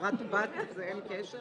חברת-בת זה אין קשר?